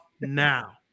now